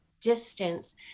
distance